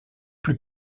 plus